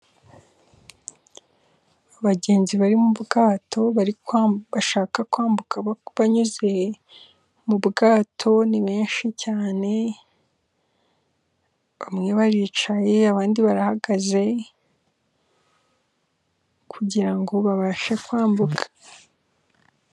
Abagenzi bari mu bwato bashaka kwambuka banyuze mu bwato. Ni benshi cyane. Bamwe baricaye, abandi barahagaze kugira ngo babashe kwambuka.